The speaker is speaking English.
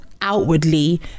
Outwardly